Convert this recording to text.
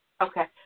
Okay